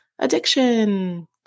Addiction